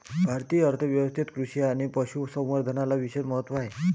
भारतीय अर्थ व्यवस्थेत कृषी आणि पशु संवर्धनाला विशेष महत्त्व आहे